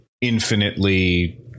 infinitely